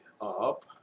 up